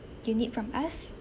you need from us